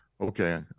Okay